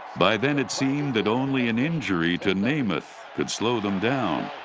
by then it seemed that only an injury to namath could slow them down.